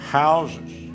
houses